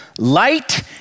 Light